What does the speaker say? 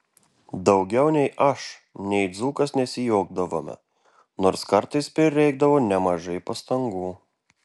daugiau nei aš nei dzūkas nesijuokdavome nors kartais prireikdavo nemažai pastangų